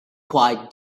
quite